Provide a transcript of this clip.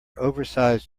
oversized